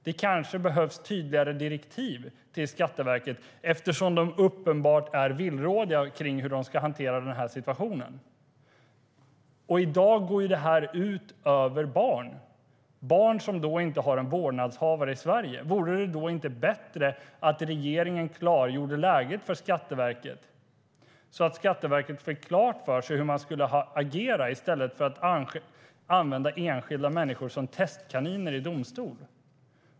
Det kanske behövs tydligare direktiv till Skatteverket eftersom de uppenbart är villrådiga om hur de ska hantera denna situation. I dag går detta ut över barn som inte har en vårdnadshavare i Sverige. Vore det då inte bättre om regeringen klargjorde läget för Skatteverket, så att Skatteverket får klart för sig hur man ska agera i stället för att använda enskilda människor som testkaniner i domstol?